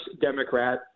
Democrat